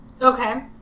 Okay